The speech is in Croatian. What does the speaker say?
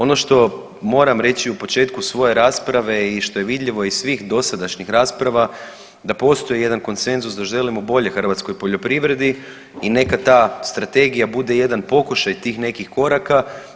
Ono što moram reći u početku svoje rasprave i što je vidljivo iz svih dosadašnjih rasprava, da postoji jedan konsenzus da želimo bolje hrvatskoj poljoprivredi i neka ta strategija bude jedan pokušaj tih nekih koraka.